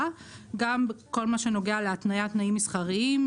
מה שנוגע להתניית תנאים מסחריים,